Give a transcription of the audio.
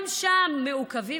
גם שם מעוכבים.